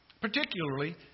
Particularly